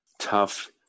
tough